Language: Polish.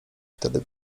wtedy